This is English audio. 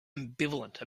ambivalent